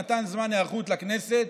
שנתן זמן היערכות לכנסת,